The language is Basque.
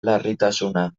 larritasuna